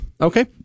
Okay